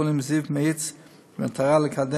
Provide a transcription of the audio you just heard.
אני בעד ועדת